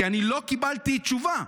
כי לא קיבלתי תשובה.